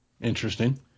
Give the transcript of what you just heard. Interesting